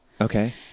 Okay